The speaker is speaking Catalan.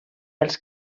els